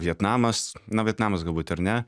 vietnamas na vietnamas galbūt ar ne